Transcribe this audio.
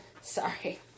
Sorry